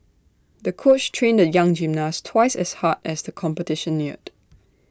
the coach trained the young gymnast twice as hard as the competition neared